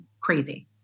crazy